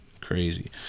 Crazy